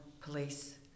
police